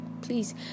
please